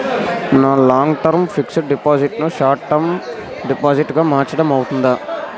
నా long term fixed deposit ను short term deposit గా మార్చటం అవ్తుందా?